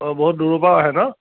অঁ বহুত দূৰৰপৰাও আহে ন